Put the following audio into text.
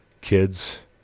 Kids